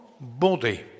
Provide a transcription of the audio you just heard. body